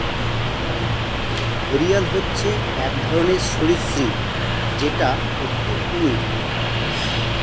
ঘড়িয়াল হচ্ছে এক ধরনের সরীসৃপ যেটা একটি কুমির